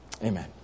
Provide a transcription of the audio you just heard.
amen